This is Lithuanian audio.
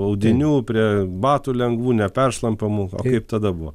audinių prie batų lengvų neperšlampamų o kaip tada buvo